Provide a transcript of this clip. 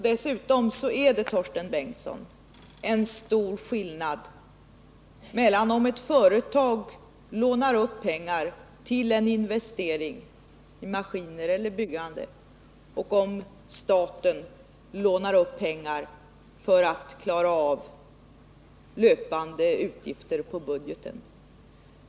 Dessutom är det, Torsten Bengtson, en stor skillnad om ett företag lånar pengar till en investering i maskiner eller för byggande och om staten lånar pengar för att klara löpande utgifter på budgeten.